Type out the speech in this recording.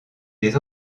des